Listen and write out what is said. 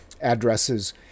addresses